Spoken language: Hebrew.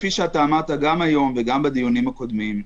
כפי שאתה אמרת גם היום וגם בדיונים הקודמים,